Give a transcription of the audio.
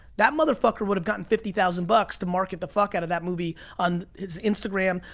that motherfucker would've gotten fifty thousand bucks to market the fuck out of that movie on his instagram,